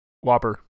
Whopper